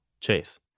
Chase